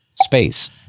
space